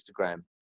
Instagram